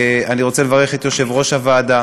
אני רוצה לברך את יושב-ראש הוועדה